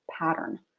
pattern